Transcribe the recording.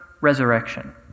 resurrection